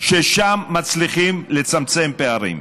ששם מצליחים לצמצם פערים.